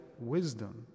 wisdom